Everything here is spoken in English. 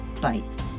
bites